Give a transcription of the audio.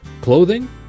Clothing